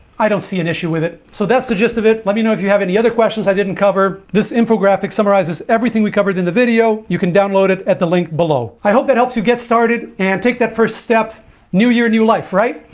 i don't see an issue with it so that's the gist of it. let me know if you have any other questions i didn't cover this infographic summarizes everything we covered in the video. you can download it at the link below i hope that helps you get started and take that first step new year new life, right?